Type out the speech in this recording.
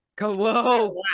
Whoa